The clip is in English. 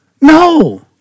No